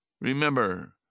Remember